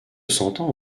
sentant